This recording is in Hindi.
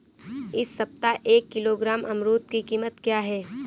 इस सप्ताह एक किलोग्राम अमरूद की कीमत क्या है?